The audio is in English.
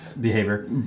behavior